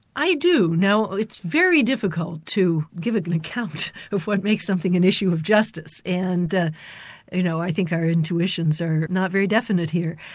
i do. now it's very difficult to give an account of what makes something an issue of justice, and you know i think our intuitions are not very definite here.